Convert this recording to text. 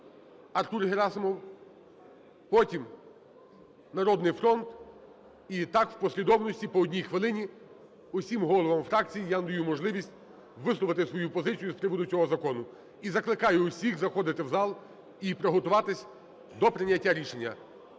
Артур Герасимов. Потім – "Народний фронт". І так в послідовності по одній хвилині усім головам фракцій я надаю можливість висловити свою позицію з приводу цього закону. І закликаю усіх заходити в зал і приготуватися до прийняття рішення.